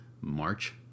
March